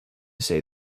say